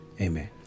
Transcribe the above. Amen